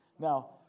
Now